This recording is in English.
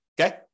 Okay